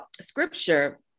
scripture